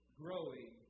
growing